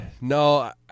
No